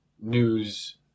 news